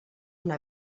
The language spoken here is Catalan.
una